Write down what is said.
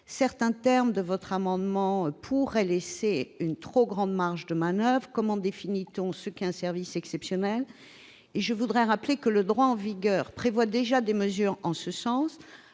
Certains termes de votre amendement pourraient laisser une trop grande marge de manoeuvre : comment définir ce qu'est un « service exceptionnel »? Je rappelle que le droit en vigueur prévoit déjà des mesures en ce sens